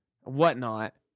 whatnot